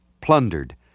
plundered